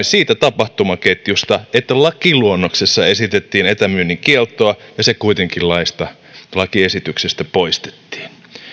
siitä tapahtumaketjusta että lakiluonnoksessa esitettiin etämyynnin kieltoa ja se kuitenkin lakiesityksestä poistettiin